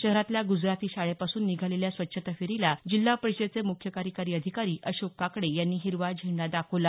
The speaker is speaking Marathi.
शहरातल्या गुजराती शाळेपासून निघालेल्या स्वच्छता फेरीला जिल्हा परिषदेचे मुख्य कार्यकारी अधिकारी अशोक काकडे यांनी हिरवा झेंडा दाखवला